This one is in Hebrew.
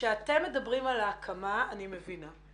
כשאתם מדברים על ההקמה, אני מבינה.